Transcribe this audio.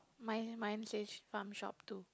mine mine says farm shop too